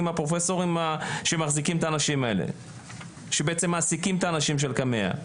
הפרופסורים שבעצם מעסיקים את האנשים של קמ"ע?